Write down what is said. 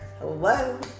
Hello